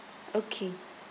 okay